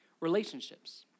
relationships